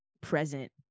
present